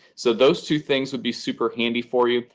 so those two things would be super handy for you.